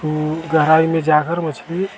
तो गहराई में जाकर मछली